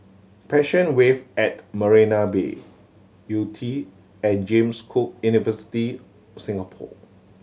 Passion Wave at Marina Bay Yew Tee and James Cook University Singapore